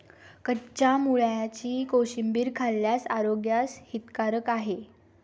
कच्च्या मुळ्याची कोशिंबीर खाल्ल्यास आरोग्यास हितकारक आहे